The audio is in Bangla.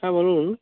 হ্যাঁ বলুন